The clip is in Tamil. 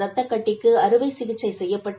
ரத்தக்கட்டிக்கு அறுவை சிகிச்சை செய்யப்பட்டு